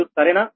5 సరేనా